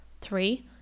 three